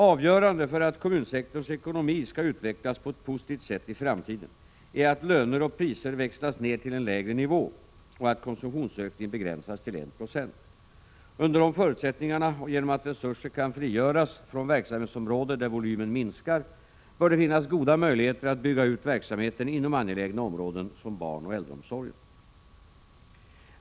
Avgörande för att kommunsektorns ekonomi skall utvecklas på ett positivt sätt i framtiden är att löner och priser ”växlas ned” till en lägre nivå och att konsumtionsökningen begränsas till 1 26. Under dessa förutsättningar och genom att resurser kan frigöras från verksamhetsområden där volymen minskar bör det finnas goda möjligheter att bygga ut verksamheten inom angelägna områden som barnoch äldreomsorgen.